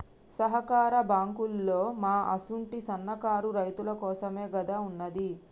సహకార బాంకులోల్లు మా అసుంటి సన్నకారు రైతులకోసమేగదా ఉన్నది